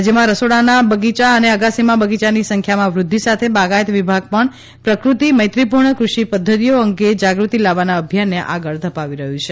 રાજ્યમાં રસોડાના બગીયા અને અગાસીમાં બગીયા ની સંખ્યામાં વૃદ્ધિ સાથે બાગાયત વિભાગ પણ પ્રકૃતિ મૈત્રીપૂર્ણ કૃષિ પદ્ધતિઓ અંગે જાગૃતિ લાવવાના અભિયાનને આગળ ધપાવી રહ્યું છે